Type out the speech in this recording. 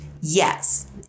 Yes